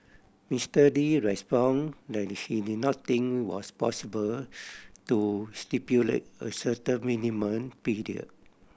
Mister Lee responded that he did not think it was possible to stipulate a certain minimum